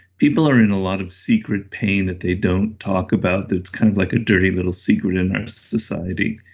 people are in a lot of secret pain that they don't talk about it. it's kind of like a dirty little secret in our society.